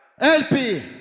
LP